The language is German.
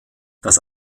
das